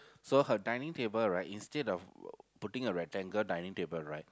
so her dining table right instead of putting a rectangle dining table right